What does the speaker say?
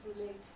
relate